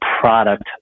product